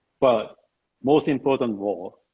but most important of all,